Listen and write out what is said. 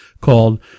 called